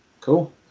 Cool